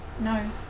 No